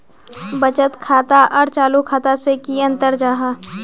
बचत खाता आर चालू खाता से की अंतर जाहा?